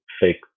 fake